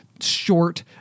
short